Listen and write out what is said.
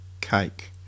cake